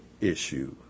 issue